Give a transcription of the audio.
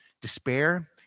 despair